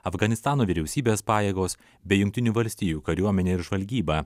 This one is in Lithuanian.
afganistano vyriausybės pajėgos bei jungtinių valstijų kariuomenės žvalgyba